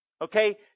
Okay